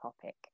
topic